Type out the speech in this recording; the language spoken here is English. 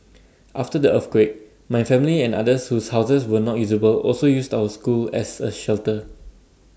after the earthquake my family and others whose houses were not usable also used our school as A shelter